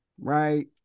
right